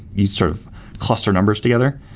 you sort of cluster numbers together.